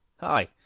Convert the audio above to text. Hi